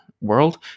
world